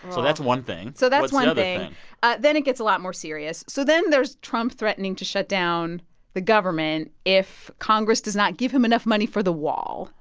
so that's one thing so that's one thing then it gets a lot more serious. so then, there's trump threatening to shut down the government if congress does not give him enough money for the wall.